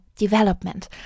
Development